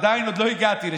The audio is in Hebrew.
עוד לא הגעתי לשם.